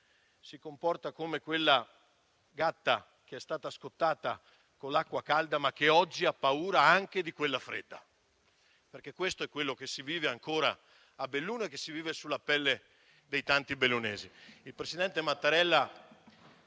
si comporta come quella gatta che si è scottata con l'acqua calda, ma che oggi ha paura anche di quella fredda, perché questo è quello che si vive ancora a Belluno e vivono sulla pelle tanti bellunesi.